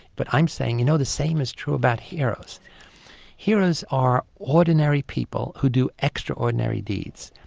but i'm saying you know the same is true about heroes heroes are ordinary people who do extraordinary deeds.